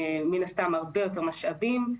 מן הסתם הרבה יותר משאבים.